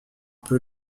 peu